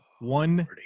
One